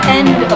end